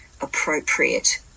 appropriate